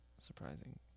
surprising